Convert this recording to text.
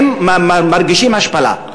הם מרגישים השפלה.